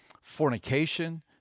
fornication